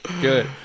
Good